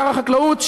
שר החקלאות,